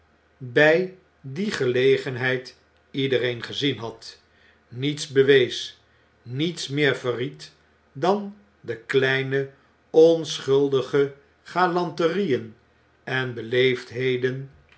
bij die gelegenheid iedereen gezien had niets bewees niets meer verried dan de kleine onschuldige galanterieen en